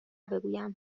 بگویم